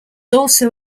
also